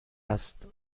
است